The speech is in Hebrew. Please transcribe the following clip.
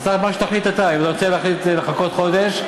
אז מה שתחליט אתה: אתה רוצה לחכות חודש,